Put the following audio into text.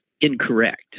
incorrect